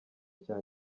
icya